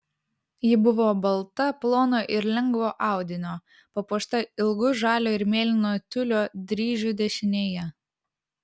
ji buvo balta plono ir lengvo audinio papuošta ilgu žalio ir mėlyno tiulio dryžiu dešinėje